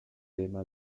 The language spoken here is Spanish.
tema